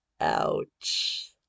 Ouch